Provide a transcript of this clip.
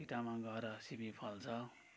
सिटामा गएर सिमी फल्छ